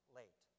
late